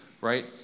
Right